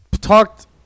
talked